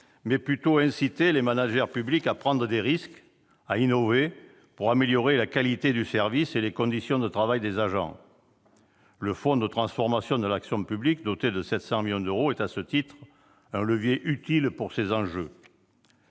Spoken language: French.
et plutôt inciter les managers publics à prendre des risques, à innover pour améliorer la qualité du service et les conditions de travail des agents. Le Fonds de transformation de l'action publique, doté de 700 millions d'euros, est à ce titre un levier utile. Nous connaissons